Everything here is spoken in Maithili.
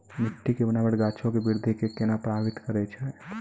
मट्टी के बनावट गाछो के वृद्धि के केना प्रभावित करै छै?